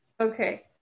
Okay